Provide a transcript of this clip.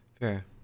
Fair